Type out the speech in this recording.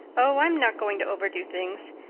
oh, i'm not going to overdo things.